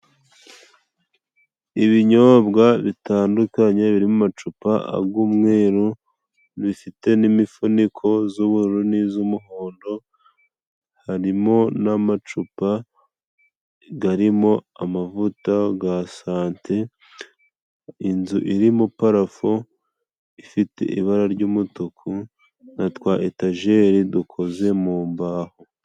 Ibinyobwa bitandukanye biri mu macupa ag'umweru, bifite n'imifuniko z'ubururu, n'iz'umuhondo. Harimo n'amacupa garimo amavuta ga sante inzu irimo parafo ifite ibara ry'umutuku na twa etajeri dukoze mu mbaho.